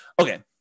okay